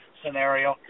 scenario